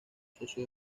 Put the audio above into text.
socio